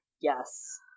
Yes